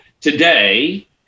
today